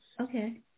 Okay